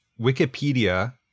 Wikipedia